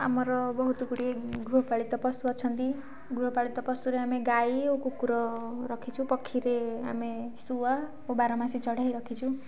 ଆମର ବହୁତ ଗୁଡ଼ିଏ ଗୃହପାଳିତ ପଶୁ ଅଛନ୍ତି ଗୃହପାଳିତ ପଶୁରେ ଆମେ ଗାଈ ଓ କୁକୁର ରଖିଛୁ ପକ୍ଷୀରେ ଆମେ ଶୁଆ ଓ ବାରମାସୀ ଚଢ଼େଇ ରଖିଛୁ